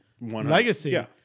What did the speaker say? legacy